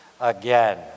again